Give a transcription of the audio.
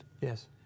Yes